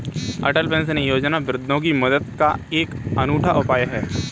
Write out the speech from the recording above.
अटल pension योजना वृद्धों की मदद का एक अनूठा उपाय है